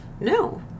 No